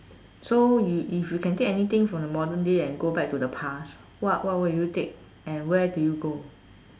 so you if you can take anything from the modern day and go back to the past what what would you take and where do you go